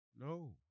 no